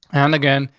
and again,